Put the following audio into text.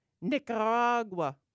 Nicaragua